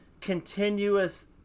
continuous